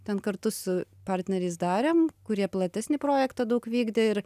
ten kartu su partneriais darėm kurie platesnį projektą daug vykdė ir